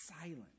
silent